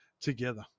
together